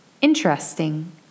Interesting